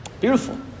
Beautiful